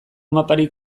maparik